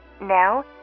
Now